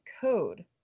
code